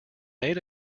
made